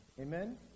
Amen